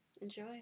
Enjoy